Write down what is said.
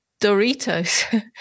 Doritos